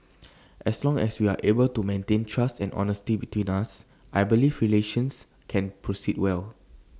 as long as we are able to maintain trust and honesty between us I believe relations can proceed well